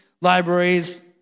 libraries